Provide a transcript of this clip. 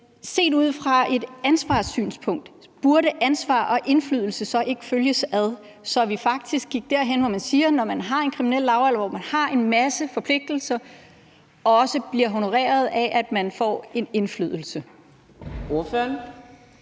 set ud fra et ansvarssynspunkt burde ansvar og indflydelse så ikke følges ad, så vi faktisk gik derhen, hvor vi sagde, at man, når man har en kriminel lavalder, hvor man har en masse forpligtelser, også bliver honoreret med, at man får en indflydelse?